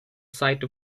site